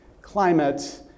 climate